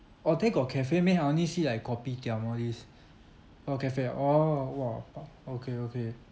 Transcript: oh they got cafe meh I only see like kopitiam all this oh cafe ah !wow! uh okay okay